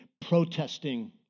protesting